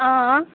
अँ